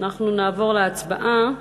אנחנו נעבור להצבעה